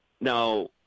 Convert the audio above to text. Now